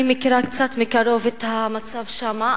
אני מכירה קצת מקרוב את המצב שם,